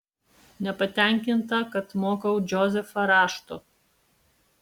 nepatenkinta kad mokau džozefą rašto